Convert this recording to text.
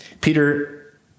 Peter